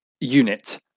unit